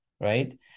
right